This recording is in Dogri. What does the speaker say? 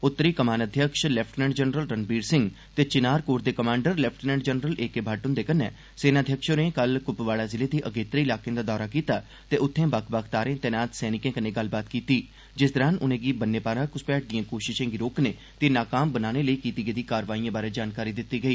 उत्तरी कमानाध्यक्ष लै जनरल रणबीर सिंह ते चिनार कोर दे कमांडर लै जनरल ए के भट्ट हुन्दे कन्नै सेनाध्यक्ष होरें कल कुपवाड़ा जिले दे अगेतत्रे इलाकें दा दौरा कीता ते उत्थे बक्ख बक्ख थाहरें तैनात सैनिकें कन्नै गल्लबात कीती जिस दरान उनेंगी ब'न्ने पारा घुसपैठ दिए कोप्ते गी रोकने नकाम बनाने लेई कीती गेदिएं कारवाईएं बारै जानकारी दित्ती गेई